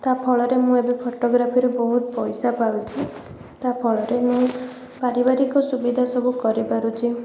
ତା ଫଳରେ ମୁଁ ଏବେ ଫୋଟୋଗ୍ରାଫିରୁ ବହୁତ ପଇସା ପାଉଛି ତା ଫଳରେ ମୁଁ ପାରିବାରିକ ସୁବିଧା ସବୁ କରିପାରୁଛି